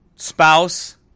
Spouse